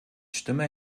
stimme